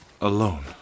Alone